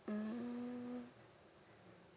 mm